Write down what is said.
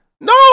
No